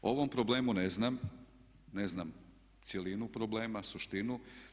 O ovom problemu ne znam, ne znam cjelinu problema, suštinu.